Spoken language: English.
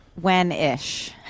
when-ish